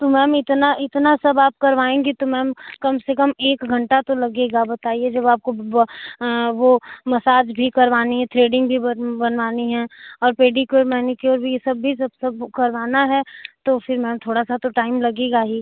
तो मैम इतना इतना सब आप करवाएँगी तो मैम कम से कम एक घंटा तो लगेगा बताइए जब आपको वह मसाज भी करवानी है थ्रेडिंग भी बन बनवानी है और पेडीक्योर मैनीक्योर भी यह सब भी सब सब करवाना है तो फ़िर मैम थोड़ा सा तो टाइम लगेगा ही